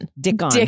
Dickon